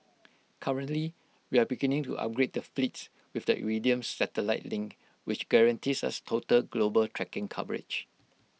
currently we are beginning to upgrade the fleets with the Iridium satellite link which guarantees us total global tracking coverage